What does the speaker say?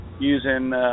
using